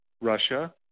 Russia